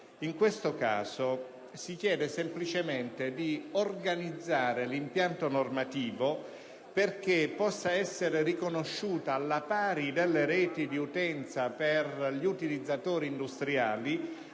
In questo caso, si chiede semplicemente di organizzare l'impianto normativo perché possa essere riconosciuta, alla pari delle reti di utenza per gli utilizzatori industriali,